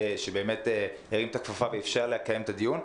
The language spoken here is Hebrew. שבאמת הרים את הכפפה ואיפשר לקיים את הדיון.